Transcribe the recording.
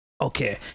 okay